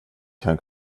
kan